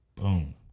Boom